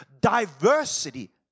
diversity